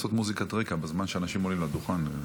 צריך לעשות מוזיקת רקע בזמן שאנשים עולים לדוכן.